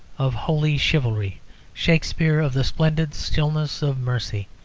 of holy chivalry shakspere, of the splendid stillness of mercy.